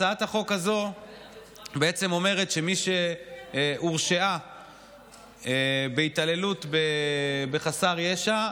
הצעת החוק הזאת בעצם אומרת שמי שהורשעה בהתעללות בחסר ישע,